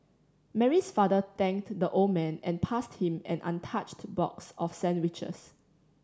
Mary's father thanked the old man and passed him an untouched box of sandwiches